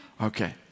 Okay